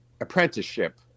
apprenticeship